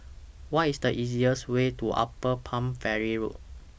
What IS The easiest Way to Upper Palm Valley Road